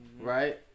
right